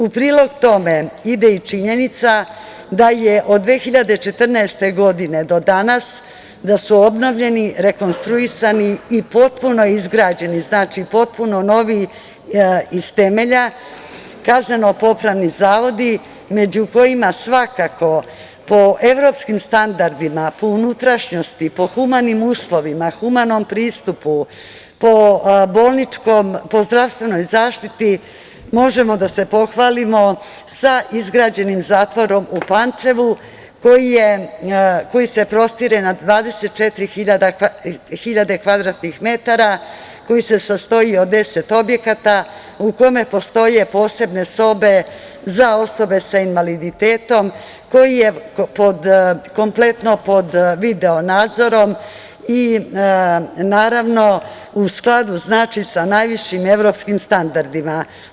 U prilog tome ide i činjenica da je od 2014. godine do danas da su obnavljani, rekonstruisani i potpuno izgrađeni, znači potpuno novi iz temelja KPZ, među kojima svakako po evropskim standardima, po unutrašnjosti, po humanim uslovima, po humanom pristupu, po zdravstvenoj zaštiti možemo da se pohvalimo sa izgrađenim zatvorom u Pančevu, koji se prostire na 24 hiljade kvadratnih metara, koji se sastoji od 10 objekata u kome postoje posebne sobe za osobe sa invaliditetom, koji je kompletno pod video nadzorom i naravno u skladu sa najvišim evropskim standardima.